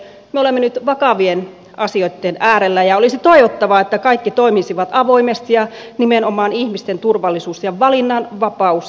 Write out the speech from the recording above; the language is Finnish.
me olemme nyt vakavien asioitten äärellä ja olisi toivottavaa että kaikki toimisivat avoimesti ja nimenomaan ihmisten turvallisuus ja valinnanvapaus ensi sijalla